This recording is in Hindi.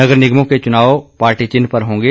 नगर निगमों के चुनाव पार्टी चिन्ह पर होंगे